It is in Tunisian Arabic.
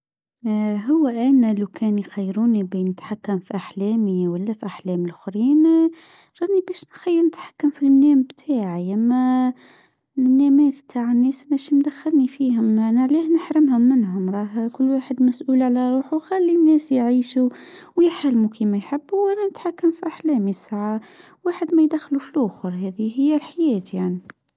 ها هو انا لو كان خيروني بنتحكم في احلامي ولا في احلام لخرين راني نتحكم في النام تاعي اماش تاع الناس باش نفهمني فيهم انا ليه نحرمهم منهم راه كل واحد مسؤول على روحو خلي الناس يعيشو ويحلمو كي حبو وانا نتحكم فأحلامي واحد ما يدخلو فلوخر هادي هي حياتي انا